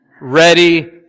ready